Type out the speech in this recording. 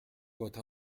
votre